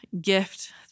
gift